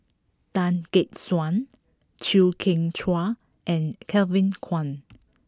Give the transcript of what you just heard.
Tan Gek Suan Chew Kheng Chuan and Kevin Kwan